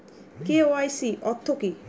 KYC অর্থ কি?